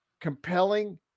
Compelling